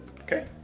okay